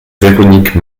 véronique